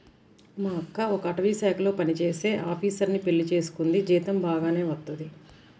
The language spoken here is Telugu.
మా అక్క ఒక అటవీశాఖలో పనిజేసే ఆపీసరుని పెళ్లి చేసుకుంది, జీతం బాగానే వత్తది